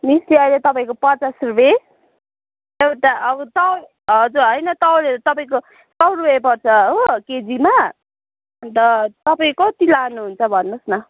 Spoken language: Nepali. मिस्टी अहिले तपाईँको पचास रुपियाँ एउटा अब सय हजुर होइन तौलेर तपाईँको सय रुपियाँ पर्छ हो केजीमा अन्त तपाईँ कति लानुहुन्छ भन्नुहोस् न